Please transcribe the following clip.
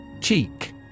Cheek